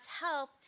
help